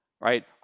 Right